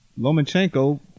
Lomachenko